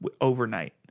overnight